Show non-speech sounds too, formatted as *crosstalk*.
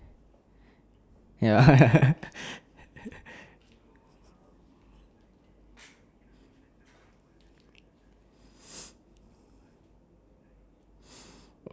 ya *noise*